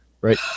right